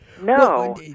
no